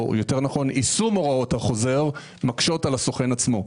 או יותר נכון יישום הוראות החוזר מקשות על הסוכן עצמו.